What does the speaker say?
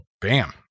bam